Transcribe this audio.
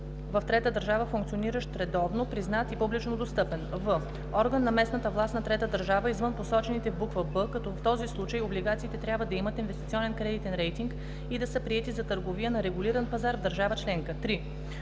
в трета държава, функциониращ редовно, признат и публично достъпен; в) орган на местната власт на трета държава, извън посочените в буква „б”, като в този случай облигациите трябва да имат инвестиционен кредитен рейтинг и да са приети за търговия на регулиран пазар в държава членка; 3.